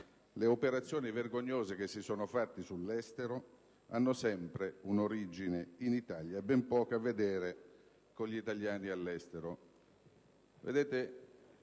Le operazioni vergognose che si sono fatte all'estero hanno sempre un'origine in Italia e ben poco hanno a che vedere con gli italiani all'estero.